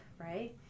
right